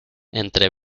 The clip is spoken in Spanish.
entre